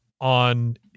on